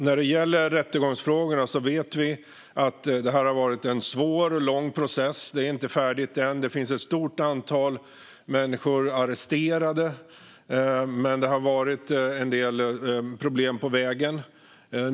När det gäller rättegångsfrågorna vet vi att det har varit en svår och lång process. Den är inte färdig ännu. Det finns ett stort antal människor arresterade, men det har varit en del problem på vägen.